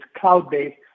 cloud-based